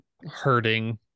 hurting